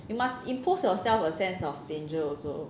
you must impose yourself a sense of danger also